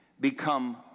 become